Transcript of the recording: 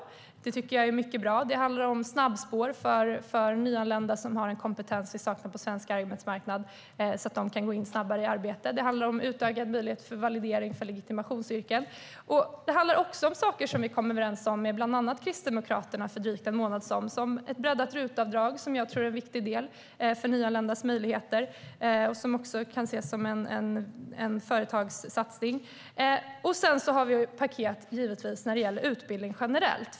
Det tycker jag är mycket bra. Det handlar om snabbspår som gör att nyanlända med kompetens som vi saknar på svensk arbetsmarknad kan gå in snabbare i arbete. Det handlar om utökad möjlighet för validering för legitimationsyrken. Det handlar också om saker som vi kom överens om med bland annat Kristdemokraterna för drygt en månad sedan, till exempel ett breddat RUT-avdrag, vilket jag tror är viktigt för nyanländas möjligheter och som också kan ses som en företagssatsning. Sedan har vi givetvis också paket när det gäller utbildning generellt.